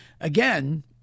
again